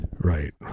right